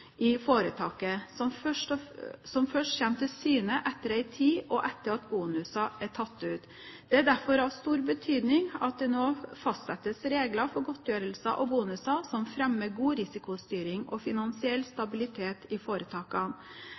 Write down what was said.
foretaket, som først kommer til syne etter en tid, og etter at bonuser er tatt ut. Det er derfor av stor betydning at det nå fastsettes regler for godtgjørelser og bonuser som fremmer god risikostyring og finansiell stabilitet i foretakene.